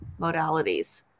modalities